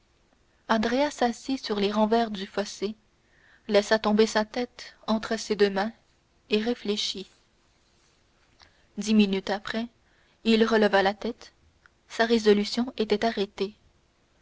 andrea s'assit sur les revers du fossé laissa tomber sa tête entre ses deux mains et réfléchit dix minutes après il releva la tête sa résolution était arrêtée